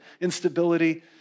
instability